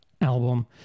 album